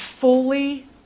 fully